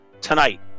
tonight